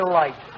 light